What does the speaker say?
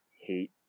hate